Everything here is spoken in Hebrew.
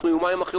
אנחנו יומיים אחרי,